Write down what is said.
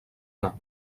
anar